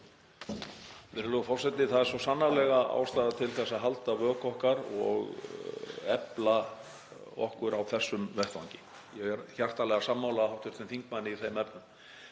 Virðulegur forseti. Það er svo sannarlega ástæða til að halda vöku okkar og efla okkur á þessum vettvangi. Ég er hjartanlega sammála hv. þingmanni í þeim efnum.